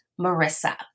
Marissa